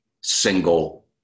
single